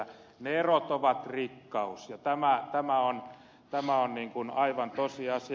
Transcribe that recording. ne erot ovat rikkaus ja tämä on aivan tosiasia